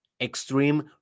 extreme